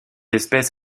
espèce